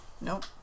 Nope